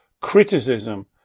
criticism